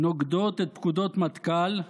נוגדות את פקודות מטכ"ל,